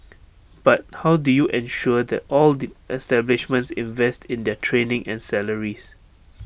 but how do you ensure that all the establishments invest in their training and salaries